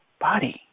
Body